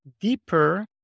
deeper